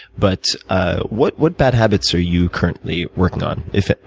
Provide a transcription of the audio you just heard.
but ah what what bad habits are you currently working on, if